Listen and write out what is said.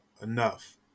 enough